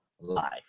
life